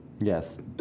Yes